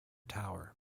tower